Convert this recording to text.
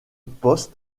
poste